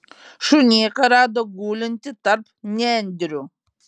šunėką rado gulintį tarp nendrių